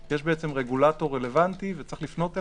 יש רגולטור רלוונטי ויש לפנות אליו.